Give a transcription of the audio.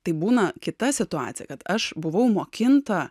tai būna kita situacija kad aš buvau mokinta